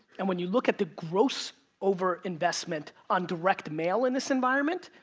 and when you look at the gross over investment on direct mail in this environment,